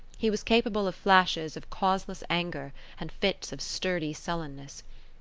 he was capable of flashes of causeless anger and fits of sturdy sullenness.